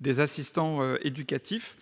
des assistants éducatifs